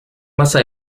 masa